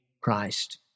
Christ